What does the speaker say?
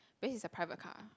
base is a private car